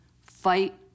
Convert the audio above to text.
fight